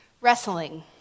wrestling